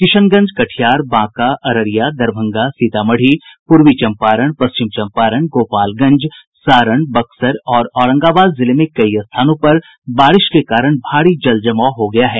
किशनगंज कटिहार बांका अररिया दरभंगा सीतामढ़ी पूर्वी चम्पारण पश्चिम चम्पारण गोपालगंज सारण बक्सर और औरंगाबाद जिले में कई स्थानों पर बारिश के कारण भारी जल जमाव हो गया है